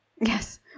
Yes